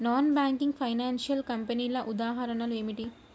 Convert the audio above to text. Non banking financial కంపెనీల ఉదాహరణలు ఏమిటి?